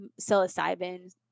psilocybin